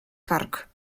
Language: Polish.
kark